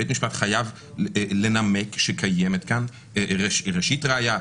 בית המשפט חייב לנמק שקיימת כאן ראשית ראיה,